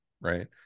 right